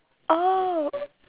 oh